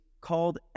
called